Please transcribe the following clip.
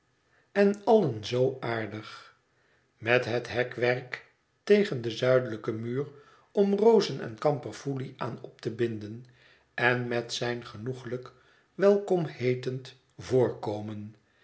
en allen zoo aardig met het hekwerk tegen den zuidelijken muur om rozen en kamperfoelie aan op te binden en met zijn genoeglijk welkomheetend voorkomen